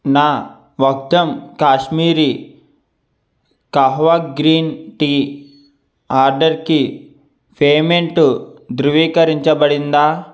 నా Vahdam Kashmiri kahwa green tea ఆర్డర్కి payment ధృవీకరించబడిందా